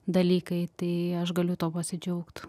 dalykai tai aš galiu tuo pasidžiaugt